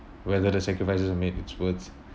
whether the sacrifices I made it's worth